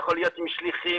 יכול להיות עם שליחים.